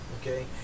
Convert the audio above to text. Okay